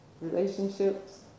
Relationships